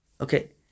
okay